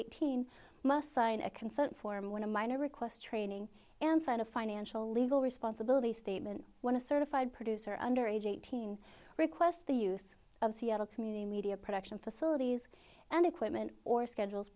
eighteen must sign a consent form when a minor request training and sign of financial legal responsibility statement when a certified producer under age eighteen requests the use of seattle community media production facilities and equipment or schedules